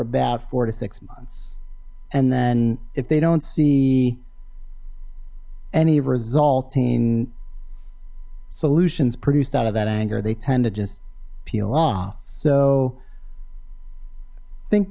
about four to six months and then if they don't see any resulting solutions produced out of that anger they tend to just peel off so think